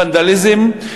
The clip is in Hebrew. ונדליזם,